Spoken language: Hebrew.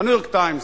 ה"ניו-יורק טיימס",